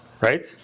right